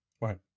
Right